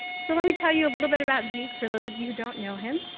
so let me tell you a little bit about zeke for those of you who don't know him.